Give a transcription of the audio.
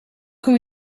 can